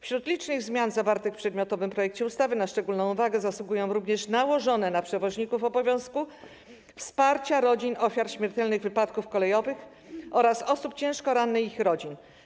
Wśród licznych zmian zawartych w przedmiotowym projekcie ustawy na szczególną uwagę zasługuje również nałożenie na przewoźników obowiązku wsparcia rodzin ofiar śmiertelnych wypadków kolejowych oraz osób ciężko rannych i ich rodzin.